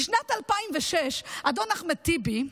משנת 2006 אדון אחמד טיבי,